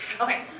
Okay